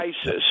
ISIS